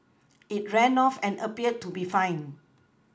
it ran off and appeared to be fine